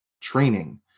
training